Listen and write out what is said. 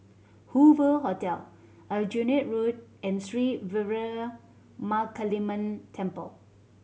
Hoover Hotel Aljunied Road and Sri Veeramakaliamman Temple